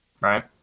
right